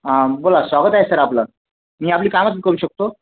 हा बोला स्वागत आहे सर आपलं मी आपली काय मदत करू शकतो